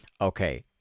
okay